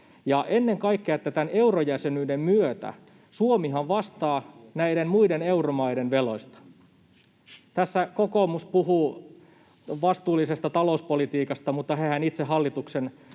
ennen kaikkea tämän eurojäsenyyden myötä Suomihan vastaa näiden muiden euromaiden veloista. Tässä kokoomus puhuu vastuullisesta talouspolitiikasta, mutta hehän itse hallituksen